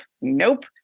Nope